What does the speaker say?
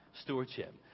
stewardship